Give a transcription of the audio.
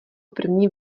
první